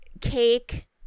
cake